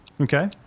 Okay